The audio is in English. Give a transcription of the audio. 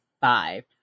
five